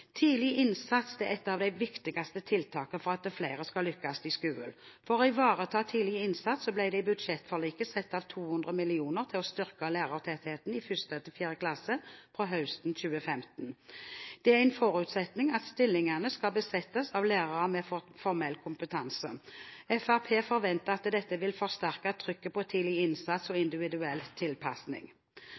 Tidlig innsats er et av de viktigste tiltakene for at flere skal lykkes i skolen. For å ivareta tidlig innsats ble det i budsjettforliket satt av 200 mill. kr til å styrke lærertettheten i 1.–4. klasse fra høsten 2015. Det er en forutsetning at stillingene skal besettes av lærere med formell kompetanse. Fremskrittspartiet forventer at dette vil forsterke trykket på tidlig innsats og individuell tilpasning.